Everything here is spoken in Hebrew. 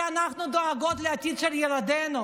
כי אנחנו דואגות לעתיד של ילדינו,